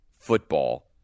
football